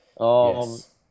Yes